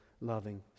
loving